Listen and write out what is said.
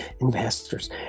investors